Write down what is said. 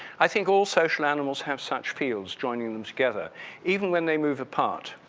i think all social animals have such fields joining them together even when they move apart.